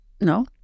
No